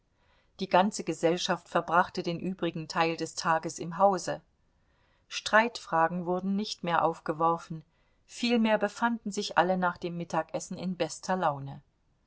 die ganze gesellschaft verbrachte den übrigen teil des tages im hause streitfragen wurden nicht mehr aufgeworfen vielmehr befanden sich alle nach dem mittagessen in bester laune